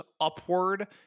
upward